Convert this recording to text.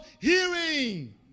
hearing